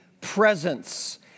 presence